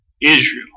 Israel